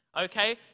okay